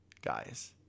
Guys